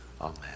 Amen